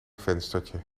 venstertje